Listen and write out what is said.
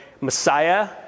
Messiah